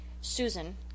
Susan